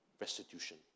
restitution